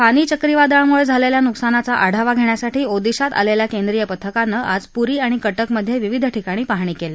फानी चक्रीवादळामुळे झालेल्या नुकसानाचा आढावा घेण्यासाठी ओदिशात आलेल्या केंद्रीय पथकानं आज पुरी आणि कटकमध्ये विविध ठिकाणी पाहणी केली